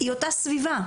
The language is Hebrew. היא אותה סביבה.